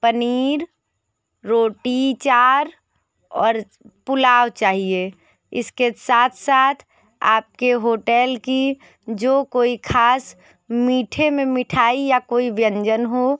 पनीर रोटी चार और पुलाव चाहिए इसके साथ साथ आपके होटेल की जो कोई ख़ास मीठे में मिठाई या कोई व्यंजन हो